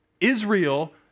Israel